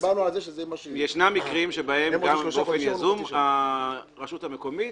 ישנם מקרים שבהם גם באופן יזום הרשות המקומית